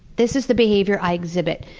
this is the behavior i exhibit.